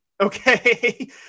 okay